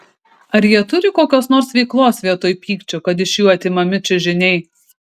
ar jie turi kokios nors veiklos vietoj pykčio kad iš jų atimami čiužiniai